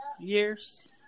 years